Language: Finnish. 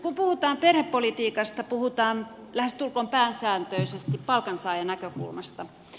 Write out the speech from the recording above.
kun puhutaan perhepolitiikasta puhutaan lähestulkoon pääsääntöisesti palkansaajan näkökulmasta